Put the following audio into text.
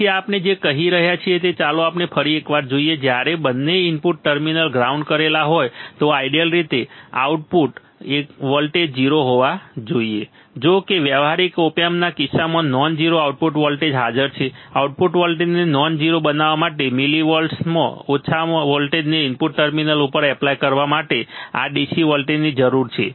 તેથી આપણે જે કહી રહ્યા છીએ તે ચાલો આપણે ફરી એકવાર જોઈએ જ્યારે બંને ઇનપુટ ટર્મિનલ ગ્રાઉન્ડ કરેલા હોય તો આઇડિયલ રીતે આઉટપુટ વોલ્ટેજ 0 હોવા જોઈએ જો કે વ્યવહારીક ઓપ એમ્પના કિસ્સામાં નોન ઝીરો આઉટપુટ વોલ્ટેજ હાજર છે આઉટપુટ વોલ્ટેજને નોન ઝીરો બનાવવા માટે મિલિવોલ્ટમાં ઓછા વોલ્ટેજને ઇનપુટ ટર્મિનલ ઉપર એપ્લાય કરવા માટે આ DC વોલ્ટેજની જરૂરી છે